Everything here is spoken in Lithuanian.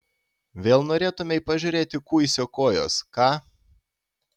vėl norėtumei pažiūrėti kuisio kojos ką